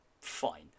Fine